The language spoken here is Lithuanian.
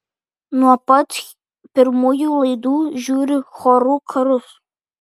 nuo pat pirmųjų laidų žiūriu chorų karus